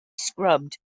scrubbed